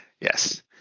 Yes